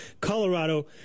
colorado